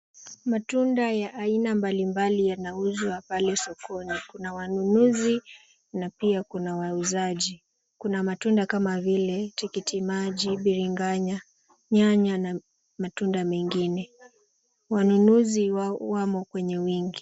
Matunda ya aina mbalimbali yanauzwa pale sokoni. Kuna wanunuzi na pia kuna wauzaji. Kuna matunda kama vile tikiti maji, biriganya, nyanya na matunda mengine. Wanunuzi wamo kwenye wingi.